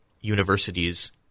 universities